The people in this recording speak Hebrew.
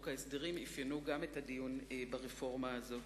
ההסדרים אפיינו גם את הדיון ברפורמה הזאת.